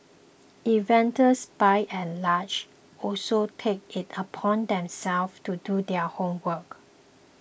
investors by and large also take it upon themselves to do their homework